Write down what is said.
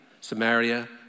Samaria